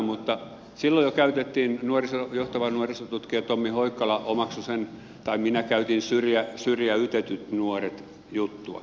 mutta silloin jo käytettiin kun johtava nuorisotutkija tommi hoikkala omaksui sen tai minä käytin syrjäytetyt nuoret juttua